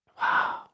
wow